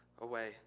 away